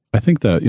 i think that, you